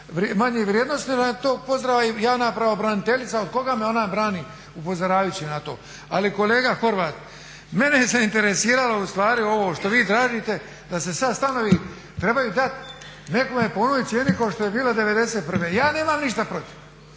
manje vrijednosti jer nam je to … javna pravobraniteljica. Od koga me ona brani upozoravajući na to? Ali kolega Horvat, mene je zainteresiralo ustvari ovo što vi tražite da se sad stanovi trebaju dati nekome po onoj cijeni kao što je bilo '91. Ja nemam ništa protiv,